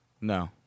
No